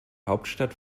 hauptstadt